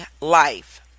life